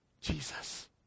Jesus